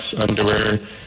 underwear